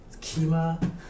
Kima